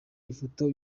ifoto